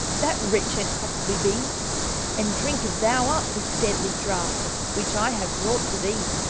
that riche and costlye bee and drinke thou up this deadlye draught which i have brought to thee.